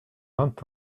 vingt